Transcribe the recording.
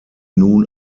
nun